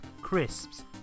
crisps